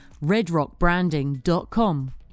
RedrockBranding.com